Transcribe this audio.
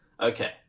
Okay